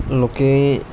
लोकें गी